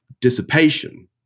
dissipation